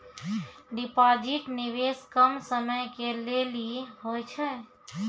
Deposit निवेश कम समय के लेली होय छै?